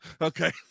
Okay